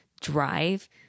drive